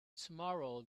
tomorrow